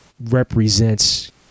represents